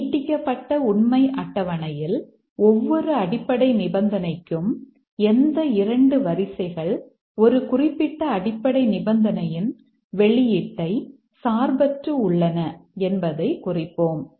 நீட்டிக்கப்பட்ட உண்மை அட்டவணையில் ஒவ்வொரு அடிப்படை நிபந்தனைக்கும் எந்த 2 வரிசைகள் ஒரு குறிப்பிட்ட அடிப்படை நிபந்தனையின் வெளியீட்டை சார்பற்று உள்ளன என்பதைக் குறிப்போம்